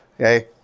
Okay